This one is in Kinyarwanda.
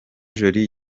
jolie